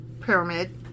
pyramid